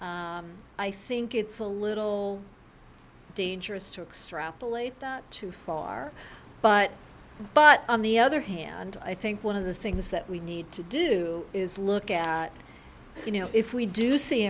school i think it's a little dangerous to extrapolate too far but but on the other hand i think one of the things that we need to do is look at you know if we do see